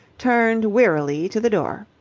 turned wearily to the door.